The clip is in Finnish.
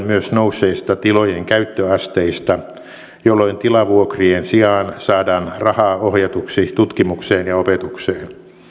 myös nousseista tilojen käyttöasteista jolloin tilavuokrien sijaan saadaan rahaa ohjatuksi tutkimukseen ja opetukseen